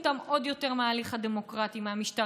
בשיטה שלנו, הקואליציונית, הפרלמנטרית, אין ממשלה